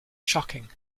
shocking